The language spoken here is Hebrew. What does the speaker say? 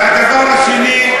והדבר השני,